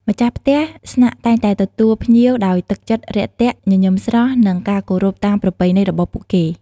ម្ចាស់ផ្ទះស្នាក់តែងតែទទួលភ្ញៀវដោយទឹកចិត្ត រាក់ទាក់ ញញឹមស្រស់ និងការគោរពតាមប្រពៃណីរបស់ពួកគេ។